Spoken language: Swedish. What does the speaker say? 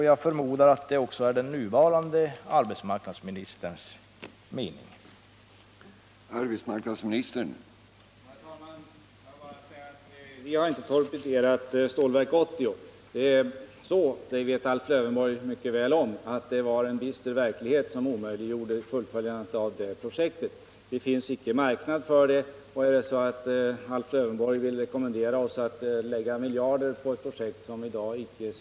Jag förmodar att detsamma är också den nuvarande arbetsmarknadsministerns mening.